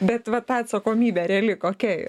bet va ta atsakomybė reali kokia ji